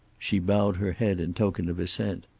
she bowed her head in token of assent.